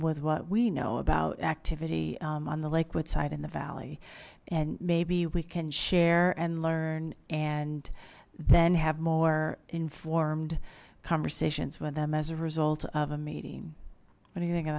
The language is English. with what we know about activity on the liquid side in the valley and maybe we can share and learn and then have more informed conversations with them as a result of a meeting